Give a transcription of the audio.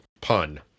pun